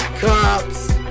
cops